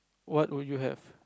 what would you have